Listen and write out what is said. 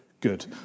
good